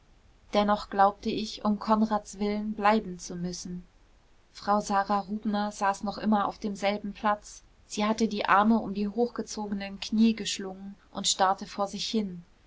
dennoch glaubte ich um konrads willen bleiben zu müssen frau sara rubner saß noch immer auf demselben platz sie hatte die arme um die hochgezogenen knie geschlungen und starrte vor sich hin